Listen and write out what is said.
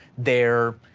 their